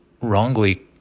wrongly